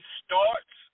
starts